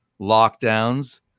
lockdowns